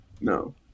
No